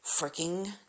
freaking